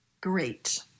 great